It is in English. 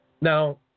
Now